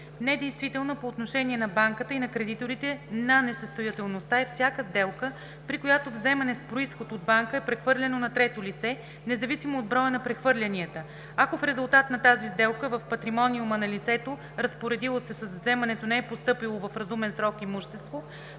Недействителна по отношение на банката и на кредиторите на несъстоятелността е всяка сделка, при която вземане с произход от банката е прехвърлено на трето лице, независимо от броя на прехвърлянията, ако в резултат на тази сделка в патримониума на лицето, разпоредило се с вземането, не е постъпило в разумен срок имущество